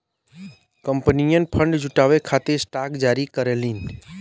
कंपनियन फंड जुटावे खातिर स्टॉक जारी करलीन